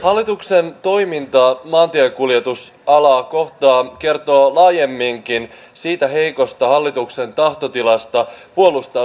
hallituksen toiminta maantiekuljetusalaa kohtaan kertoo laajemminkin heikosta hallituksen tahtotilasta puolustaa suomalaista työtä